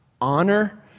honor